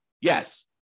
Yes